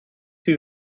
sie